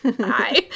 Hi